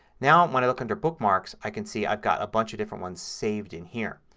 now when i look under bookmarks i can see i've got a bunch of different ones saved in here.